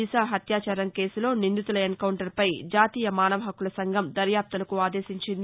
దిశ హత్యాచారం కేసులో నిందితుల ఎన్కౌంటర్పై జాతీయ మానవహక్కుల సంఘం దర్యాప్తునకు ఆదేశించింది